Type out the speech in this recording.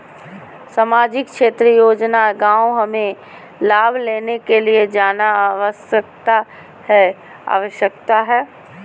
सामाजिक क्षेत्र योजना गांव हमें लाभ लेने के लिए जाना आवश्यकता है आवश्यकता है?